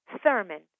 Thurman